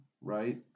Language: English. right